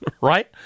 Right